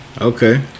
Okay